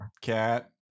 cat